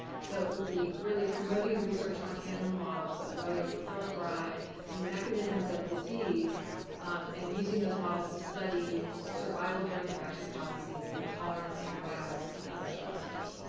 so it would be really promoting research on animal models of borrelia burgdorferi and the mechanisms of disease and using those models to study survival during infection processes and tolerance to antibiotics and other stresses.